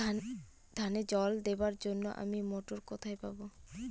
ধানে জল দেবার জন্য আমি মটর কোথায় পাবো?